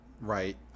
Right